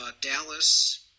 Dallas